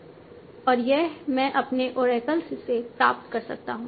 और यह मैं अपने ओरेकल से प्राप्त कर सकता हूं